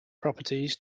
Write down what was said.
properties